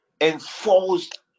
enforced